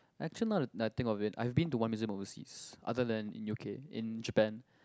actual now that I think of it I've been to one museum overseas other than in U_K in Japan